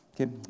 Okay